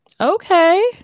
Okay